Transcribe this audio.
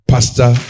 Pastor